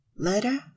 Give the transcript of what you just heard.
Letter